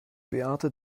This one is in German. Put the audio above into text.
beate